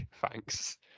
thanks